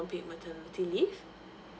paid maternity leave